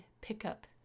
pickup